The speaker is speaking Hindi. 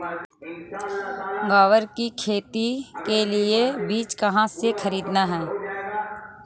ग्वार की खेती के लिए बीज कहाँ से खरीदने हैं?